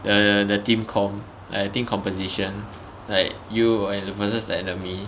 the the team comm~ like team composition like you and versus the enemy